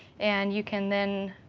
and you can then